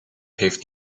heeft